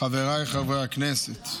חבריי חברי הכנסת,